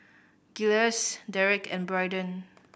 Giles Derek and Braiden